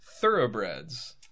Thoroughbreds